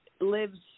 lives